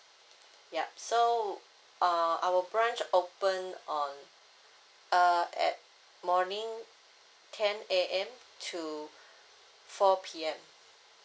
yup so err our branch open on uh at morning ten A_M to four P_M